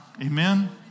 Amen